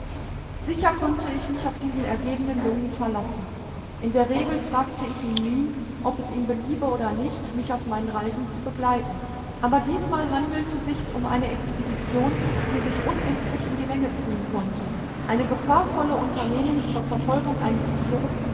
sicher konnte ich mich auf diesen ergebenen jungen verlassen in der regel fragte ich ihn nie ob es ihm beliebe oder nicht mich auf meinen reisen zu begleiten aber diesmal handelte sich's um eine expedition die sich unendlich in die länge ziehen konnte eine gefahrvolle unternehmung zur verfolgung eines thieres